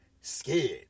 scared